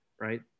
right